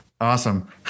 Awesome